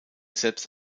selbst